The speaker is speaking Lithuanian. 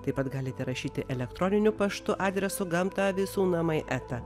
taip pat galite rašyti elektroniniu paštu adresu gamta visų namai eta